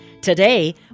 Today